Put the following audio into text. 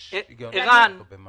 אז יש הגיון בלחייב אותו במע"מ.